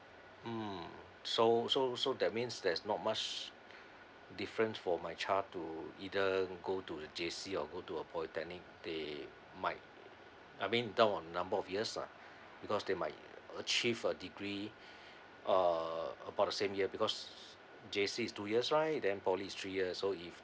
mm so so so that means there's not much difference for my child to either go to J_C or go to a polytechnic they might I mean down on number of years lah because they might achieve a degree uh about a same year because J_C is two years right then poly is three years so if